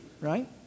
right